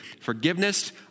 forgiveness